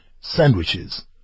sandwiches